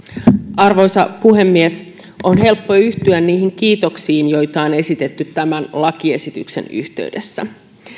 arvoisa puhemies on helppo yhtyä niihin kiitoksiin joita on esitetty tämän lakiesityksen yhteydessä